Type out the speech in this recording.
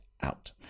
out